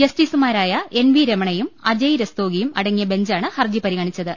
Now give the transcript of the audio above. ജസ്റ്റിസുമാരായ N V രമണയും അജയ് രസ്തോഗിയും അടങ്ങിയ ബെഞ്ചാണ് ഹർജി പരിഗണിച്ചത്